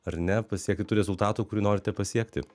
ar ne pasiekti tų rezultatų kurių norite pasiekti